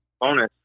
bonus